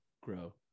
grow